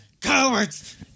Cowards